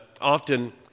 often